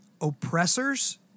oppressors